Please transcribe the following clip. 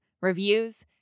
reviews